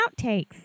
outtakes